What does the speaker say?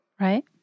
Right